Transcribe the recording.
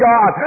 God